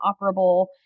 operable